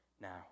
now